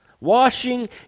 Washing